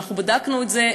אנחנו בדקנו את זה.